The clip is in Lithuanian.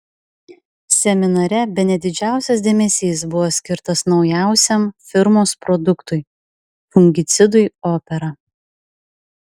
seminare bene didžiausias dėmesys buvo skirtas naujausiam firmos produktui fungicidui opera